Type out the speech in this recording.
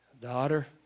daughter